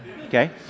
okay